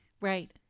Right